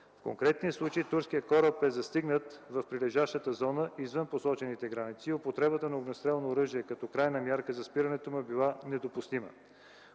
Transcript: В конкретния случай турският кораб е застигнат в прилежащата зона, извън посочените граници, и употребата на огнестрелно оръжие като крайна мярка за спирането му е била недопустима.